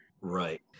right